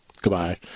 Goodbye